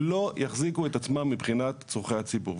לא יחזיקו את עצמם מבחינת צרכי הציבור.